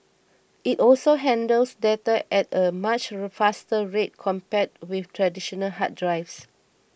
it also handles data at a much faster rate compared with traditional hard drives